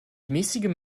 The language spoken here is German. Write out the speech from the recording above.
mäßigem